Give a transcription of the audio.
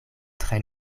tre